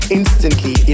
instantly